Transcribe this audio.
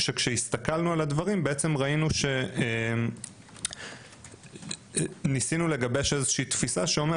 שכשהסתכלנו על הדברים ניסינו לגבש תפיסה שיש